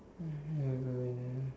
um